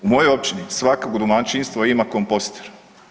U mojoj općini svako domaćinstvo ima komposter.